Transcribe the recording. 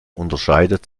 unterscheidet